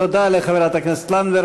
תודה לחברת הכנסת לנדבר.